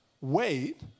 wait